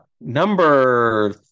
Number